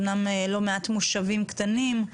אמנם לא מעט מושבים קטנים,